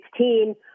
2016